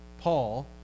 Paul